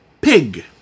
Pig